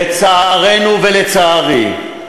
לצערנו ולצערי,